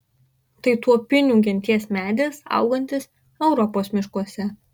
tai tuopinių genties medis augantis europos miškuose